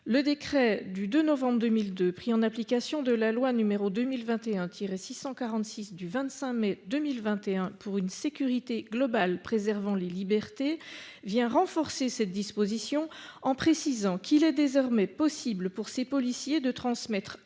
Le décret du 2 novembre 2002, pris en application de la loi numéro 2021 tirer 646 du 25 mai 2021 pour une sécurité globale préservant les libertés vient renforcer cette disposition en précisant qu'il est désormais possible pour ces policiers de transmettre